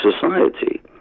society